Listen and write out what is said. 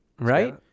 right